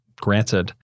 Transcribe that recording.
granted